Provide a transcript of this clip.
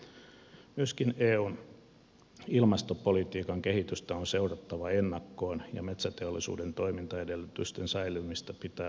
myöskin eun ilmastopolitiikan kehitystä on seurattava ennakkoon ja metsäteollisuuden toimintaedellytysten säilymistä pitää valvoa